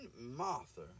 Martha